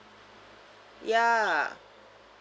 ya